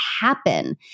happen